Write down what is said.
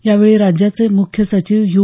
यावेळी राज्याचे मुख्य सचिव य्